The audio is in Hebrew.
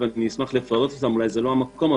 ואשמח לפרטן ואולי זה לא המקום.